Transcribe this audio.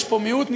יש פה מיעוט,